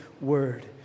Word